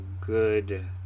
good